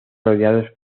rodeados